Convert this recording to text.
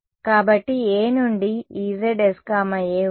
కాబట్టి A నుండి EzsA ఉంది